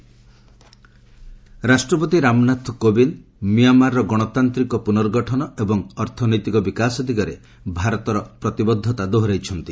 ପ୍ରେଜ୍ କୋବିନ୍ଦ ମିଆଁମାର ରାଷ୍ଟ୍ରପତି ରାମନାଥ କୋବିନ୍ଦ ମିଆଁମାରର ଗଣତାନ୍ତିକ ପୁନର୍ଗଠନ ଏବଂ ଅର୍ଥନୈତିକ ବିକାଶ ଦିଗରେ ଭାରତର ପ୍ରତିବଦ୍ଧତା ଦୋହରାଇଛନ୍ତି